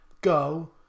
Go